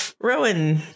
Rowan